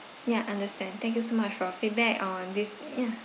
ya understand thank you so much for your feedback on this ya